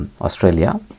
Australia